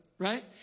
Right